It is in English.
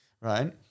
right